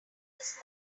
this